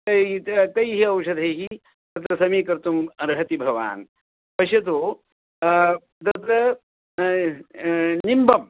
तैः तैः औषधैः तत्र समीकर्तुम् अर्हति भवान् पश्यतु तत्र निम्बं